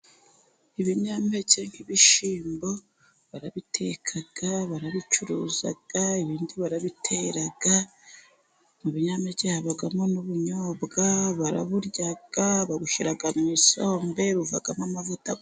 Ibinyampeke nk'ibishimbo barabiteka, barabicuruza ibindi barabitera. Mu binyampeke habamo n'ubunyobwa. Baraburya, babushyira musombe buvamo amavuta.